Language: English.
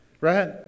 Right